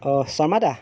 অহ Sharma দা